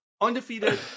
undefeated